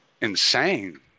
insane